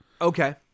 Okay